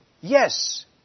Yes